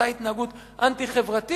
אותה התנהגות אנטי-חברתית.